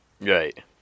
Right